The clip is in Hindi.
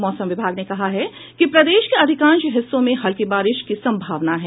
मौसम विभाग ने कहा है कि प्रदेश के अधिकांश हिस्सों में हल्की बारिश की संभावना है